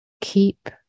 keep